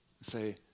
Say